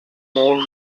more